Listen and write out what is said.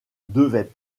devaient